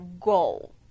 goal